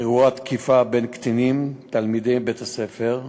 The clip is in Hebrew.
אירוע תקיפה בין קטינים תלמידי בית-הספר,